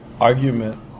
argument